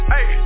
Hey